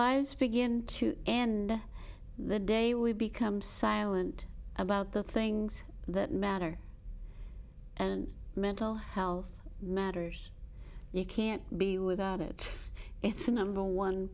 lives begin to end the day we become silent about the things that matter and mental health matters you can't be without it it's the number one